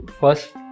first